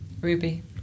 Ruby